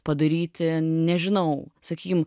padaryti nežinau sakykim